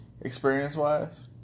experience-wise